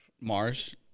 Mars